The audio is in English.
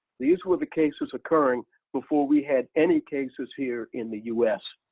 these were the cases occurring before we had any cases here in the us.